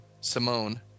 Simone